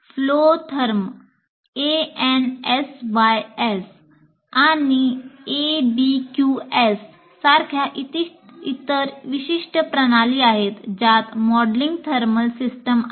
flow therm ANSYS आणि ABAQUS यासारख्या इतर विशिष्ट प्रणाली आहेत ज्यात मॉडेलिंग थर्मल सिस्टम आहेत